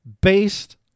based